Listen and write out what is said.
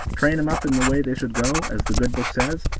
train em up in the way they should go, as the good book says,